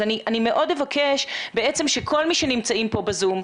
אז אני מאוד אבקש מכל מי שנמצאים פה בזום,